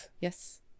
yes